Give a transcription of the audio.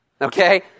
okay